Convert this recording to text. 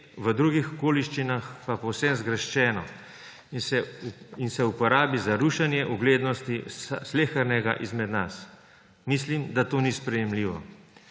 v drugih okoliščinah pa povsem zgrešeno in se uporabi za rušenje ugleda slehernega izmed nas. Mislim, da to ni sprejemljivo.